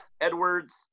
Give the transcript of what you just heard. Edwards